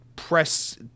press